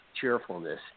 cheerfulness